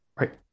right